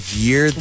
year